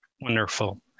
Wonderful